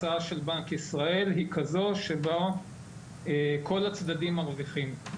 הצעת בנק ישראל היא כזו שבה כל הצדדים מרוויחים.